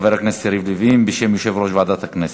חבר הכנסת יריב לוין, בשם יושב-ראש ועדת הכנסת.